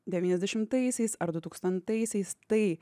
devyniasdešimtaisiais ar dutūkstantaisiais tai